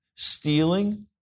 stealing